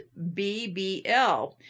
bbl